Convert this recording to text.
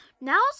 Now